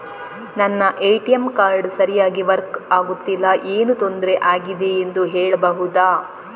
ನನ್ನ ATM card ಸರಿಯಾಗಿ work ಆಗುತ್ತಿಲ್ಲ, ಏನು ತೊಂದ್ರೆ ಆಗಿದೆಯೆಂದು ಹೇಳ್ಬಹುದಾ?